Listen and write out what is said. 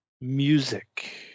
music